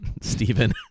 Stephen